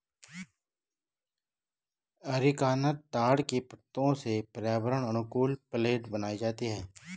areca nut ताड़ के पत्तों से पर्यावरण अनुकूल प्लेट बनाई जाती है